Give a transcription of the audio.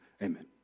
amen